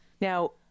Now